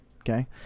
okay